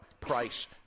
price